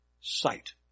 sight